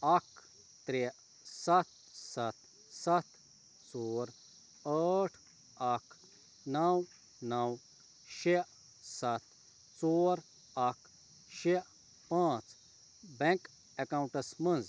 اَکھ ترٛےٚ سَتھ سَتھ سَتھ ژور ٲٹھ اَکھ نَو نَو شےٚ سَتھ ژور اَکھ شےٚ پانٛژھ بیٚنٛک ایٚکاونٛٹَس منٛز